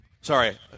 Sorry